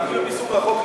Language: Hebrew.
כי כולם ייסעו רחוק,